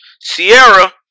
Sierra